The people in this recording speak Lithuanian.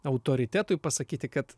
autoritetui pasakyti kad